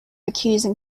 accusing